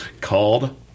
called